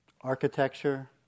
architecture